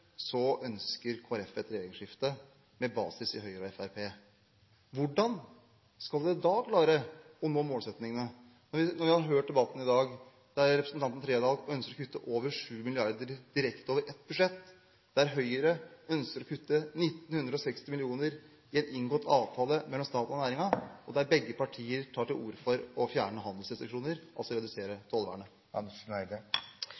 ønsker Kristelig Folkeparti et regjeringsskifte med basis i Høyre og Fremskrittspartiet. Hvordan skal Kristelig Folkeparti da klare å nå målsettingene – når vi har hørt i debatten i dag at representanten Trældal ønsker å kutte mer enn 7 mrd. kr direkte over ett budsjett, at Høyre ønsker å kutte 1 960 mill. kr i en inngått avtale mellom staten og næringen, og at begge partier tar til orde for å fjerne handelsrestriksjoner, altså